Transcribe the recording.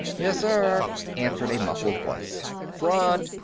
yessir, answered a muffled voice. front!